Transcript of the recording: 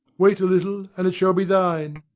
wait a little, and it shall be thine.